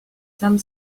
some